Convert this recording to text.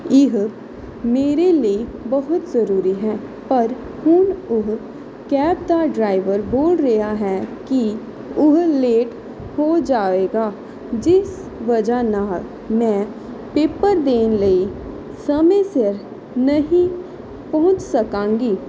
ਇਹ ਮੇਰੇ ਲਈ ਬਹੁਤ ਜ਼ਰੂਰੀ ਹੈ ਪਰ ਹੁਣ ਉਹ ਕੈਬ ਦਾ ਡਰਾਈਵਰ ਬੋਲ ਰਿਹਾ ਹੈ ਕਿ ਉਹ ਲੇਟ ਹੋ ਜਾਵੇਗਾ ਜਿਸ ਵਜ੍ਹਾ ਨਾਲ ਮੈਂ ਪੇਪਰ ਦੇਣ ਲਈ ਸਮੇਂ ਸਿਰ ਨਹੀਂ ਪਹੁੰਚ ਸਕਾਂਗੀ